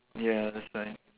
ya that's why